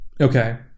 okay